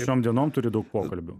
šiom dienom turi daug pokalbių